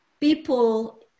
people